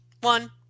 One